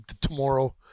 tomorrow